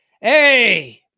Hey